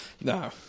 No